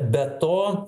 be to